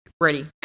Ready